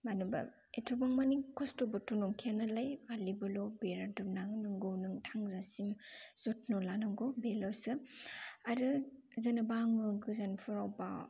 मानोबा एथ'बां माने खस्थ'बोथ' नंखाया नालाय खालिबोल' बेरा दुमनाया नंगौ नों थांजासिम जत्न' लानांगौ बेल'सो आरो जेनबा आङो गोजानफोराव बा